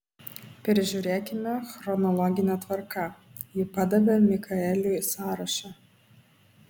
peržiūrėkime chronologine tvarka ji padavė mikaeliui sąrašą